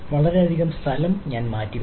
വളരെയധികം സ്ഥലം മാറ്റി വെയ്ക്കണം